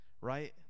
right